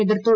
എതിർത്തു